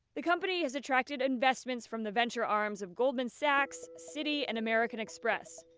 the company has attracted investments from the venture arms of goldman sachs, citi and american express.